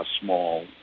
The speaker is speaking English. small